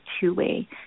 two-way